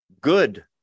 good